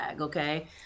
Okay